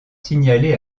signalé